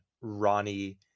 Ronnie